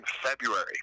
February